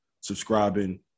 subscribing